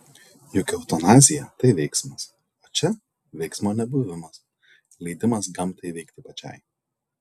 juk eutanazija tai veiksmas o čia veiksmo nebuvimas leidimas gamtai veikti pačiai